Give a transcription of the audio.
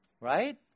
Right